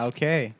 Okay